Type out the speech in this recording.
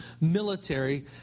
military